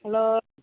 hello